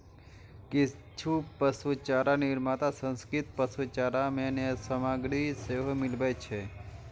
किछु पशुचारा निर्माता प्रसंस्कृत पशुचारा मे अन्य सामग्री सेहो मिलबै छै